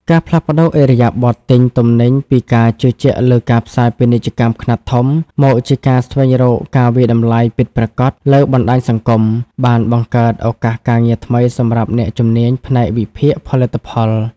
ការផ្លាស់ប្តូរឥរិយាបថទិញទំនិញពីការជឿជាក់លើការផ្សាយពាណិជ្ជកម្មខ្នាតធំ មកជាការស្វែងរកការវាយតម្លៃពិតប្រាកដលើបណ្តាញសង្គម បានបង្កើតឱកាសការងារថ្មីសម្រាប់អ្នកជំនាញផ្នែកវិភាគផលិតផល។